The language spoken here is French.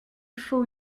faut